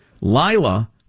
Lila